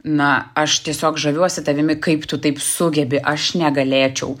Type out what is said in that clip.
na aš tiesiog žaviuosi tavimi kaip tu taip sugebi aš negalėčiau